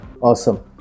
Awesome